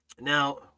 now